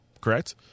correct